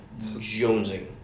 jonesing